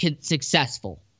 successful